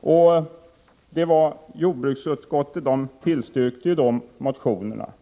säger utskottet. Jordbruksutskottet tillstyrkte alltså dessa motioner.